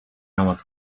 намайг